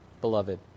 beloved